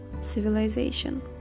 civilization